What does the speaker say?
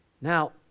Now